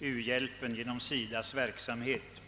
u-hjälpen och 'SIDA:s verksamhet.